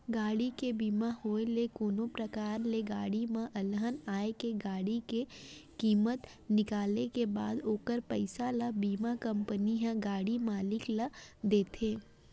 गाड़ी के बीमा होय ले कोनो परकार ले गाड़ी म अलहन आय ले गाड़ी के कीमत निकाले के बाद ओखर पइसा ल बीमा कंपनी ह गाड़ी मालिक ल देथे